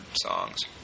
songs